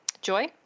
Joy